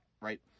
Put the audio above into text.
right